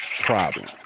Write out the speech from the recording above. problem